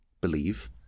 believe